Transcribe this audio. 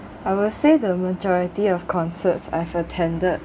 I will say the majority of concerts I've attended